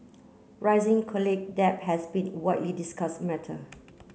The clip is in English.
rising college debt has been widely discuss matter